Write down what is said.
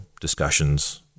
discussions